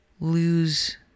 lose